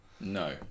No